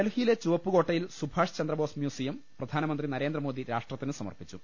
ഡൽഹിയിലെ ചുവപ്പുകോട്ടയിൽ സുഭാഷ് ചന്ദ്രബോസ് മ്യൂസിയം പ്രധാനമന്ത്രി നരേന്ദ്രമോദി രാഷ്ട്രത്തിന് സമർപ്പിച്ചു